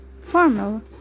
formal